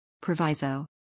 Proviso